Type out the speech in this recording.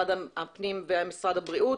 משרד הפנים ומשרד הבריאות,